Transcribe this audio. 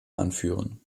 anführen